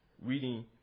reading